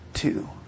Two